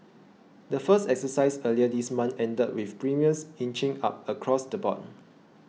the first exercise earlier this month ended with premiums inching up across the board